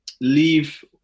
leave